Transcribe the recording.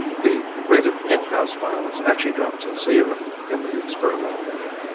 the rate of in-house violence actually dropped to zero in the experimental group.